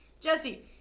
Jesse